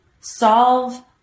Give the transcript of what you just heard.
solve